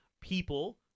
people